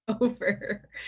over